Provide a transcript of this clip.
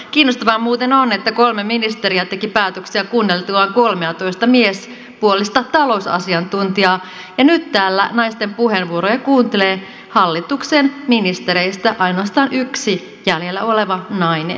kiinnostavaa muuten on että kolme ministeriä teki päätöksiä kuunneltuaan kolmeatoista miespuolista talousasiantuntijaa ja nyt täällä naisten puheenvuoroja kuuntelee hallituksen ministereistä ainoastaan yksi jäljellä oleva nainen